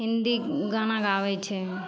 हिन्दी गाना गाबै छै